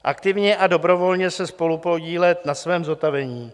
Aktivně a dobrovolně se spolupodílet na svém zotavení.